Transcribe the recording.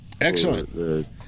Excellent